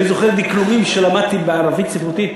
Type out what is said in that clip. אני זוכר דקלומים שלמדתי בערבית ספרותית,